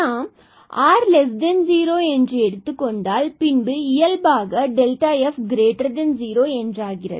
நாம் r0 எடுத்துக் கொண்டால் பின்பு இயல்பாக f0என்றாகிறது